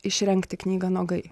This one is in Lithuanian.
išrengti knygą nuogai